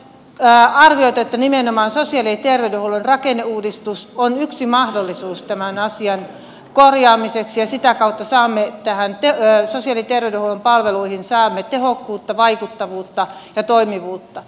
on myös arvioitu että nimenomaan sosiaali ja terveydenhuollon rakenneuudistus on yksi mahdollisuus tämän asian korjaamiseksi ja sitä kautta näihin sosiaali ja terveydenhuollon palveluihin saamme tehokkuutta vaikuttavuutta ja toimivuutta